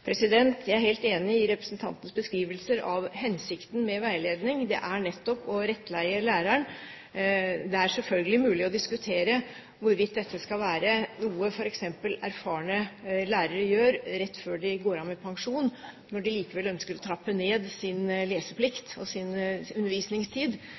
Jeg er helt enig i representantens beskrivelse. Hensikten med veiledning er nettopp å rettlede læreren. Det er selvfølgelig mulig å diskutere hvorvidt dette skal være noe f.eks. erfarne lærere gjør rett før de gå av med pensjon, når de likevel ønsker å trappe ned sin leseplikt og sin undervisningstid,